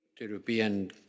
European